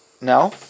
now